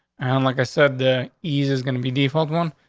and like i said, the ease is gonna be d. folkman.